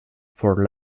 for